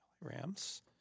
Rams